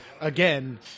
again